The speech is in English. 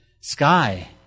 sky